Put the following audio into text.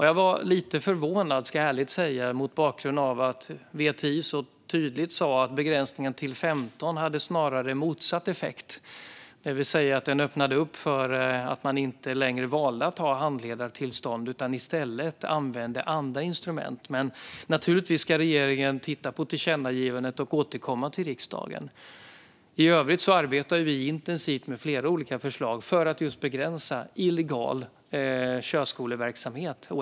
Jag var lite förvånad, ska jag ärligt säga, mot bakgrund av att VTI så tydligt sa att begränsningen till 15 snarare hade motsatt effekt, det vill säga att begränsningen öppnade för att man inte längre valde att ta in handledartillstånd utan i stället använde andra instrument. Naturligtvis ska regeringen titta på tillkännagivandet och återkomma till riksdagen. I övrigt arbetar vi intensivt med flera olika förslag för att just begränsa illegal körskoleverksamhet.